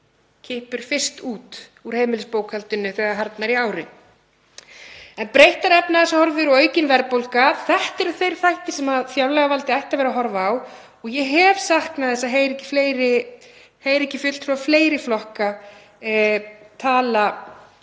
kippa fyrst út úr heimilisbókhaldinu þegar harðnar í ári. Breyttar efnahagshorfur og aukin verðbólga eru þeir þættir sem fjárlagavaldið ætti að vera að horfa á og ég hef saknað þess að heyra ekki fulltrúa fleiri flokka tala